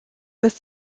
lässt